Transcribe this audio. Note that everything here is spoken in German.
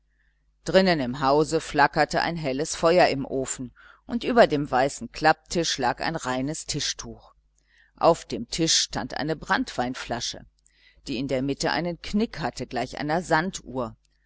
drinnen im hause flackerte ein helles feuer im ofen und über dem weißen klapptisch lag ein reines tischtuch auf dem tisch stand eine branntweinflasche die in der mitte einen knick hatte gleich einer sanduhr